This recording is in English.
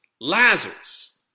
Lazarus